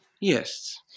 Yes